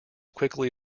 quickly